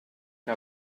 que